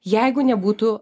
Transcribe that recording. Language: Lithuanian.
jeigu nebūtų